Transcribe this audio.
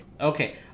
Okay